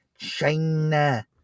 China